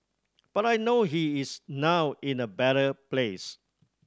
but I know he is now in a better place